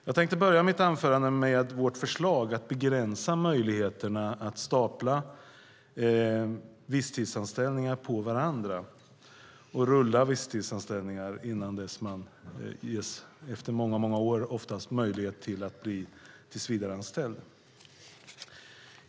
Jag tänkte börja med att tala om vårt förslag att begränsa möjligheterna att stapla visstidsanställningar på varandra, att rulla visstidsanställningar tills man, oftast efter många år, ges möjlighet att bli tillsvidareanställd.